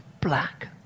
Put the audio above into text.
black